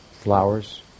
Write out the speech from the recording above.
flowers